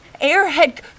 airhead